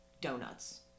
Donuts